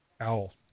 Owl